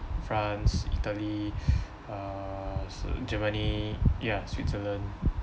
france italy uh swi~ germany ya switzerland